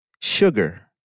sugar